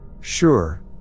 Sure